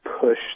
push